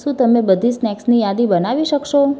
શું તમે બધી સ્નૅક્સની યાદી બનાવી શકશો